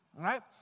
right